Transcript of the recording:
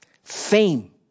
Fame